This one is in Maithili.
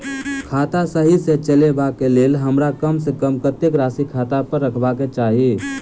खाता सही सँ चलेबाक लेल हमरा कम सँ कम कतेक राशि खाता पर रखबाक चाहि?